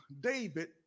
David